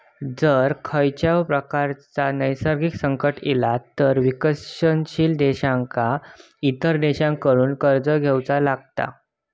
जर खंयच्याव प्रकारचा नैसर्गिक संकट इला तर विकसनशील देशांका इतर देशांकडसून कर्ज घेवचा लागता